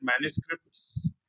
manuscripts